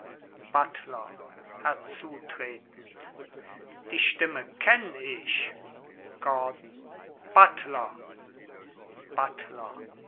buttler herzutretend die stimme kenn ich gordon buttler